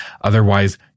Otherwise